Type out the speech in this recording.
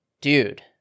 dude